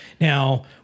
Now